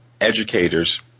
educators